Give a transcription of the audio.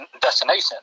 destination